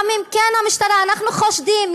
אנחנו חושדים,